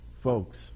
folks